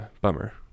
bummer